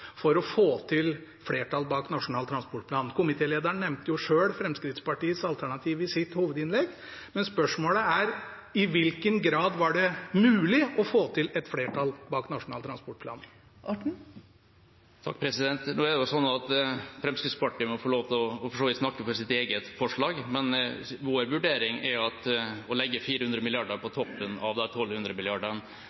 for å få til flertall bak Nasjonal transportplan? Komitélederen nevnte selv Fremskrittspartiets alternativ i sitt hovedinnlegg. Men spørsmålet er: I hvilken grad var det mulig å få til et flertall bak Nasjonal transportplan? Nå er det jo sånn at Fremskrittspartiet for så vidt må få lov til å snakke for sitt eget forslag. Vår vurdering er at å legge 400 mrd. kr på